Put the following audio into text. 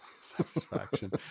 satisfaction